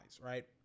right